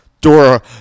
Dora